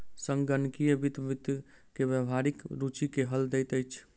संगणकीय वित्त वित्त के व्यावहारिक रूचि के हल दैत अछि